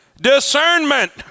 discernment